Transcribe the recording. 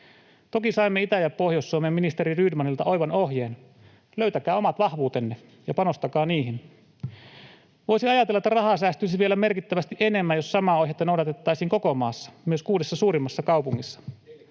Toki saimme Itä- ja Pohjois-Suomeen ministeri Rydmanilta oivan ohjeen: ”Löytäkää omat vahvuutenne ja panostakaa niihin.” Voisi ajatella, että rahaa säästyisi vielä merkittävästi enemmän, jos samaa ohjetta noudatettaisiin koko maassa, myös kuudessa suurimmassa kaupungissa.